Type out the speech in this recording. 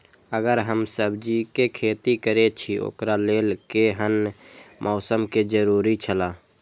अगर हम सब्जीके खेती करे छि ओकरा लेल के हन मौसम के जरुरी छला?